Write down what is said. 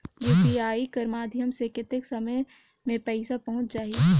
UPI कर माध्यम से कतेक समय मे पइसा पहुंच जाहि?